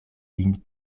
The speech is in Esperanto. lin